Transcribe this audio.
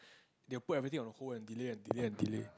they will put everything on hold and delay and delay and delay